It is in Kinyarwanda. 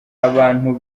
abantu